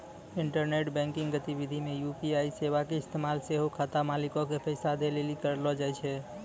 internet banking गतिविधि मे UPI सेबा के इस्तेमाल सेहो खाता मालिको के पैसा दै लेली करलो जाय छै